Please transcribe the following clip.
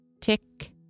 tick